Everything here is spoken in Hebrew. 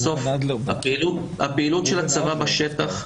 בסוף הפעילות של הצבא בשטח,